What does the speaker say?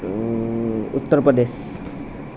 Uttar Pradesh